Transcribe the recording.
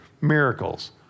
miracles